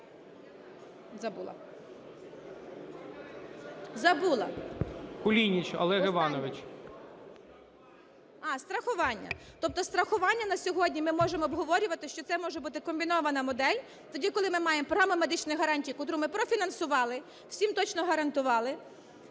Страхування. 11:10:11 СКАЛЕЦЬКА З.С. А, страхування. Тобто страхування, на сьогодні ми можемо обговорювати, що це може бути комбінована модель, тоді, коли ми маємо програму медичних гарантій, котру ми профінансували, всім точно гарантували,